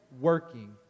working